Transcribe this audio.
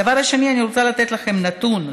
דבר שני, אני רוצה לתת לכם נתון.